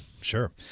Sure